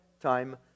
time